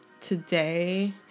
today